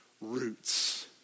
roots